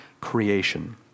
creation